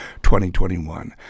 2021